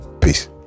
Peace